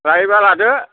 लायोब्ला लादो